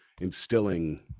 instilling